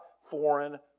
foreign